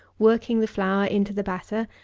working the flour into the batter,